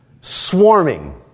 swarming